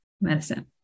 medicine